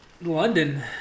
London